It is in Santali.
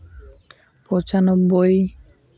ᱯᱚᱸᱪᱟ ᱱᱳᱵᱵᱳᱭ